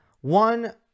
One